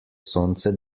sonce